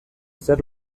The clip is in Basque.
ezer